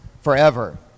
forever